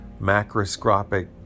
macroscopic